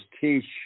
teach